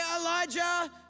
Elijah